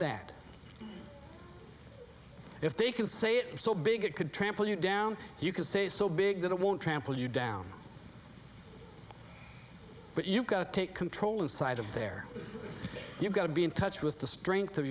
that if they can say it so big it could trample you down you can say so big that it won't trample you down but you've got to take control inside of there you've got to be in touch with the strength of